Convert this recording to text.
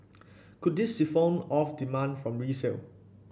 could this siphon off demand from resale